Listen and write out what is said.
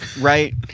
Right